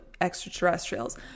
extraterrestrials